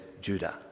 Judah